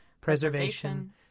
preservation